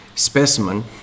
specimen